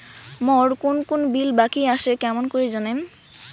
মোর কুন কুন বিল বাকি আসে কেমন করি জানিম?